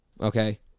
okay